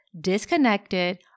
disconnected